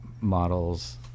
models